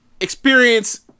experience